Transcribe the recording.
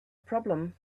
problem